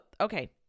okay